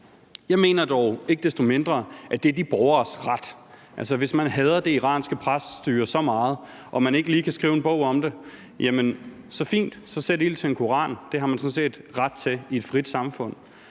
Jeg mener dog ikke desto mindre, at det er de borgeres ret. Altså, hvis man hader det iranske præstestyre så meget og man ikke lige kan skrive en bog om det, jamen fint, så sæt ild til en koran. Det har man sådan set ret til i et frit samfund.